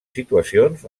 situacions